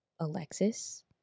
Alexis